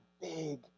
big